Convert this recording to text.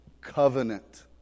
covenant